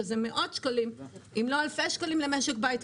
שזה מאות שקלים אם לא אלפי שקלים למשק בית,